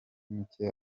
mike